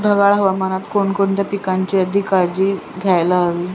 ढगाळ हवामानात कोणकोणत्या पिकांची अधिक काळजी घ्यायला हवी?